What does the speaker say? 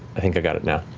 i think i got it now.